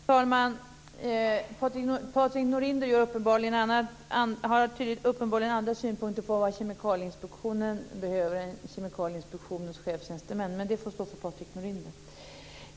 Fru talman! Patrik Norinder har uppenbarligen andra synpunkter på vad Kemikalieinspektionen behöver än Kemikalieinspektionens chefstjänstemän, men det får stå för Patrik Norinder.